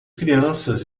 crianças